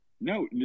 No